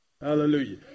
Hallelujah